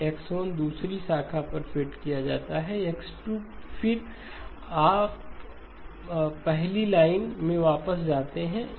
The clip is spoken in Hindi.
X1 को दूसरी शाखा पर फेड किया जाता हैX2 फिर आप पहली लाइन में वापस जाते हैं